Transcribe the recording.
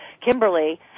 Kimberly